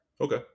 Okay